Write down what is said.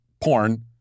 porn